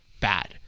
bad